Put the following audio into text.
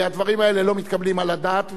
הדברים האלה לא מתקבלים על הדעת,